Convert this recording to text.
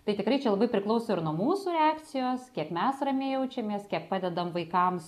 tai tikrai čia labai priklauso ir nuo mūsų reakcijos kiek mes ramiai jaučiamės kiek padedam vaikams